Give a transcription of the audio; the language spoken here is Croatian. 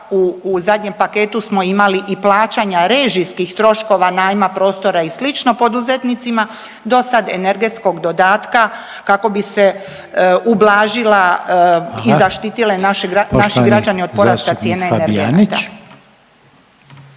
u zadnjem paketu smo imali i plaćanja režijskih troškova, najma, prostora i slično poduzetnicima dosad energetskog dodatka kako bi se ublažila …/Upadica: Hvala/… i zaštitile naše, naši građani od porasta cijene energenata.